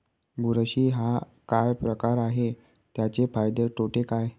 बुरशी हा काय प्रकार आहे, त्याचे फायदे तोटे काय?